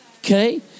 Okay